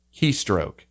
keystroke